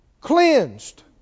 cleansed